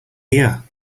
here